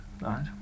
Right